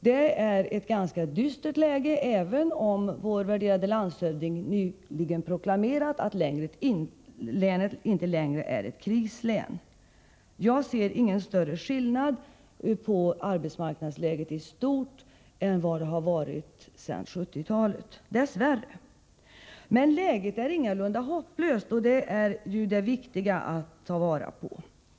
Det är ett ganska dystert läge, även om vår värderade landshövding nyligen proklamerat att länet inte längre är ett krislän. Jag ser ingen större skillnad på arbetsmarknadsläget i stort mot vad det har varit sedan 1970-talet, dess värre. Men läget är ingalunda hopplöst, och det är ju det viktiga att ta vara på.